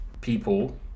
people